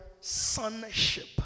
sonship